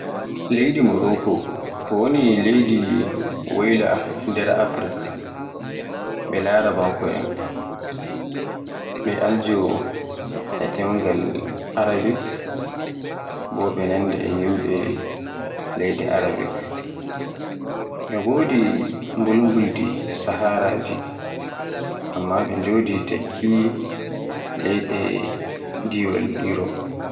Leydi Morocco ko woni leydi woyla Afrik, ɓe larabanko en, ɓe aljo e ɗemgal Arabik, bo ɓe nanda e yimɓe larabankoen. Ɓe ngodi bulbuldi e sahaaraji, amma ɓe Joɗi takki leyde diwaal Yurop.